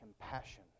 compassion